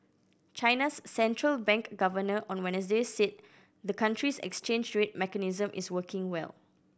China's central bank governor on Wednesday said the country's exchange rate mechanism is working well